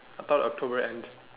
I thought october end